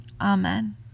Amen